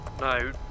No